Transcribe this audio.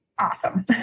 Awesome